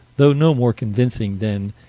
though no more convincing than,